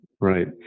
right